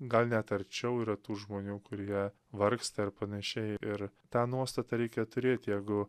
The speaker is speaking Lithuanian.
gal net arčiau yra tų žmonių kurie vargsta ir panašiai ir tą nuostatą reikia turėt jeigu